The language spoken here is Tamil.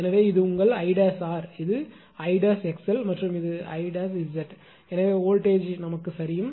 எனவே இது உங்கள் 𝐼′𝑟 இது 𝐼′𝑥𝑙 மற்றும் இது 𝐼′𝑍 எனவே வோல்ட்டேஜ் சரியும்